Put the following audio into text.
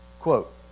Quote